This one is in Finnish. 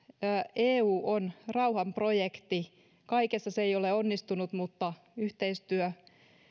eu on rauhan projekti kaikessa se ei ole onnistunut mutta yhteistyö